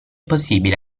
possibile